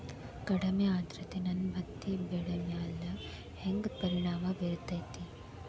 ಕಡಮಿ ಆದ್ರತೆ ನನ್ನ ಹತ್ತಿ ಬೆಳಿ ಮ್ಯಾಲ್ ಹೆಂಗ್ ಪರಿಣಾಮ ಬಿರತೇತಿ?